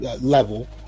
level